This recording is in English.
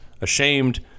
ashamed